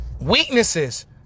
Weaknesses